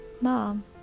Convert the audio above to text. Mom